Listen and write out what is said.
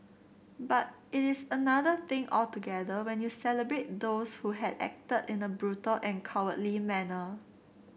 but it is another thing altogether when you celebrate those who had acted in a brutal and cowardly manner